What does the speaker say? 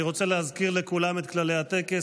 אני רוצה להזכיר לכולם את כללי הטקס,